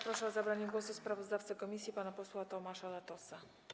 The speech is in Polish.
Proszę o zabranie głosu sprawozdawcę komisji pana posła Tomasza Latosa.